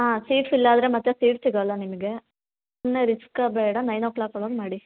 ಹಾಂ ಸೀಟ್ಸ್ ಇಲ್ಲ ಅಂದರೆ ಮತ್ತೆ ಸೀಟ್ ಸಿಗೋಲ್ಲ ನಿಮಗೆ ಸುಮ್ಮನೆ ರಿಸ್ಕ ಬೇಡ ನೈನ್ ಓ ಕ್ಲಾಕ್ ಒಳಗೆ ಮಾಡಿ